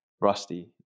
rusty